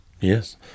Yes